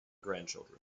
grandchildren